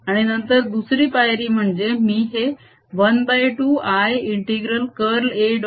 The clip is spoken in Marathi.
आणि नंतर दुसरी पायरी म्हणजे मी हे ½ I∫कर्ल A